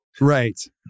Right